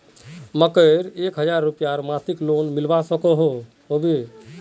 मकईर एक हजार रूपयार मासिक लोन मिलवा सकोहो होबे?